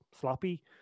sloppy